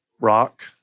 Rock